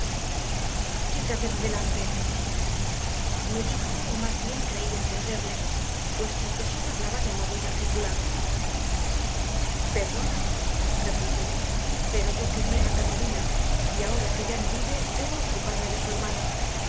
de delante me dijo o más bien creí entenderle puesto que sólo hablaba de modo inarticulado perdona repliqué pero yo quería a catalina y ahora que ya no vive debo ocuparme de su hermano